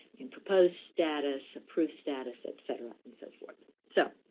in proposed status, approves status, et cetera, and so forth. so